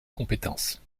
compétence